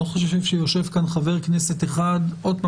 אני לא חושב שיושב כאן חבר כנסת אחד שוב,